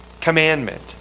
commandment